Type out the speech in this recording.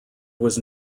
was